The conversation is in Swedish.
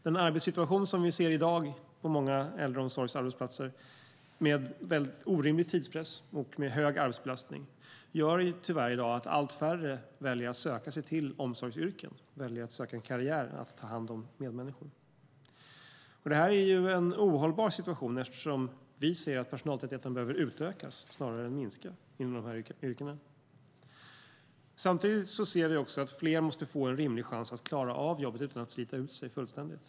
Den arbetssituation vi i dag ser på många äldreomsorgsarbetsplatser med orimlig tidspress och hög arbetsbelastning gör tyvärr att allt färre väljer att söka sig till omsorgsyrken. Allt färre väljer en karriär som innebär att ta hand om medmänniskor. Det är en ohållbar situation eftersom personaltätheten snarare behöver öka än minska inom dessa yrken. Samtidigt måste fler få en rimlig chans att klara av jobbet utan att slita ut sig fullständigt.